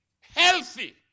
healthy